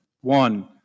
One